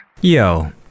Yo